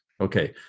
Okay